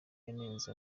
yanenze